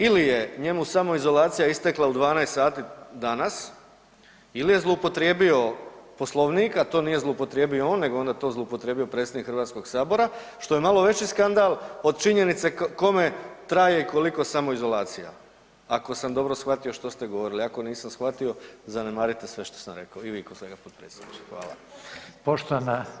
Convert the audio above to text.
Ili je njemu samoizolacija istekla u 12 sati danas ili je zloupotrijebio Poslovnik, a to nije zloupotrijebio on nego je to onda zloupotrijebio predsjednik Hrvatskog sabora što je malo veći skandal od činjenice kome traje i koliko samoizolacija, ako sam dobro shvatio što ste govorili, ako nisam shvatio zanemarite sve što sam rekao i vi kolega potpredsjedniče.